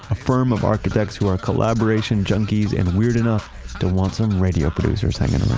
a firm of architects who are collaboration junkies and weird enough to want some radio producers hanging